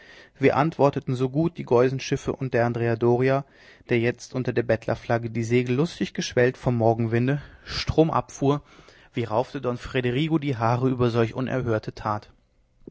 wie antworteten so gut die geusenschiffe und der andrea doria der jetzt unter der bettlerflagge die segel lustig geschwellt vom morgenwind stromab fuhr wie raufte don federigo spinola die haare über solch unerhörte tat